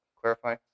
clarify